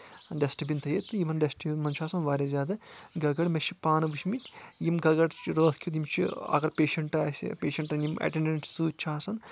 dustbin تھٲیِتھ تہٕ یِمن ڈیسٹبن منٛز چھُ آسان واریاہ زیادٕ گگر مےٚ چھِ پانہٕ وٕچھمٕتۍ یِم گگر چھِ رٲتھ کیُتھ یِم چھِ اگر پیشنٹ آسہِ پیشنٹن یِم اؠٹنڈنٹٕس سۭتۍ چھِ آسان